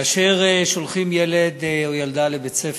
כאשר שולחים ילד או ילדה לבית-ספר,